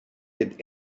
did